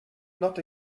not